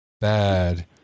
bad